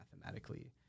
mathematically